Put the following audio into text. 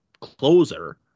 closer